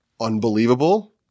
unbelievable